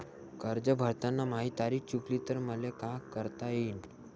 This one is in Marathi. कर्ज भरताना माही तारीख चुकली तर मले का करता येईन?